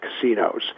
casinos